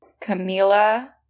camila